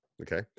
Okay